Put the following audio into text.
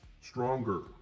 stronger